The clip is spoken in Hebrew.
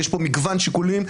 ויש פה מגוון שיקולים,